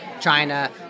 China